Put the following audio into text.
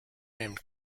named